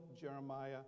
Jeremiah